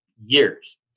years